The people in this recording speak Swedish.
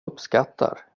uppskattar